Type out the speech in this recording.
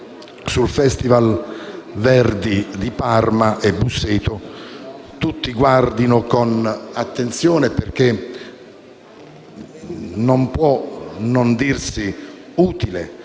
sul Festival Verdi di Parma e Busseto tutti guardino con attenzione perché non può non dirsi utile